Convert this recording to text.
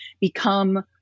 become